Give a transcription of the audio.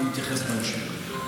ואני אתייחס בהמשך.